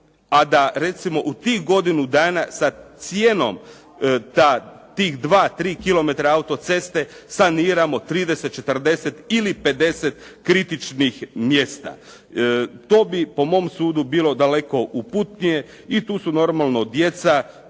a da recimo u tih godinu dana sa cijenom da tih dva, tri kilometra auto-ceste saniramo 30, 40 ili 50 kritičnih mjesta. To bi po mom sudu bilo daleko uputnije i tu su normalno djeca,